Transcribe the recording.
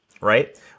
right